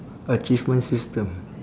achievement system